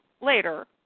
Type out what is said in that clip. later